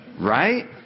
Right